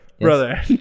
brother